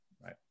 right